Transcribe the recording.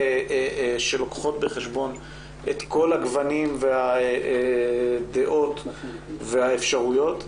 שלוקחות פחות בחשבון את כל הגוונים והדעות והאפשרויות.